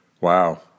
wow